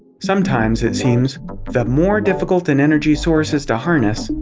sometimes it seems the more difficult an energy source is to harness,